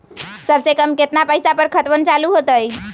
सबसे कम केतना पईसा पर खतवन चालु होई?